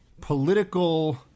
Political